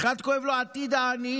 אחד כואב לו עתיד העניים,